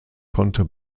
konnte